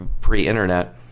pre-internet